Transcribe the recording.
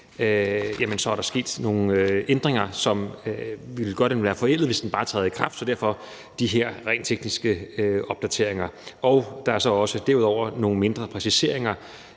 er der sket nogle ændringer, som vil gøre, at den ville være forældet, hvis den bare trådte i kraft, så derfor er der de her rent tekniske opdateringer. Derudover er der så også nogle mindre præciseringer